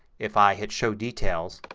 if i hit show details,